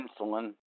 insulin